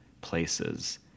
places